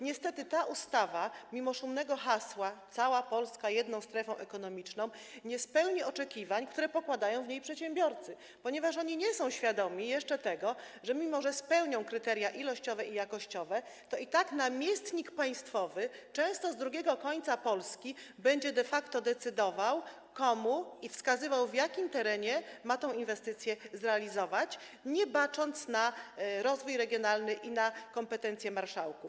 Niestety, ta ustawa, mimo szumnego hasła: Cała Polska jedną strefą ekonomiczną, nie spełni oczekiwań, które pokładają w niej przedsiębiorcy, ponieważ oni nie są jeszcze świadomi tego, że mimo że spełnią kryteria ilościowe i jakościowe, to i tak namiestnik państwowy, często z drugiego końca Polski, będzie de facto decydował i wskazywał, na jakim terenie tę inwestycję zrealizować, nie bacząc na rozwój regionalny i na kompetencje marszałków.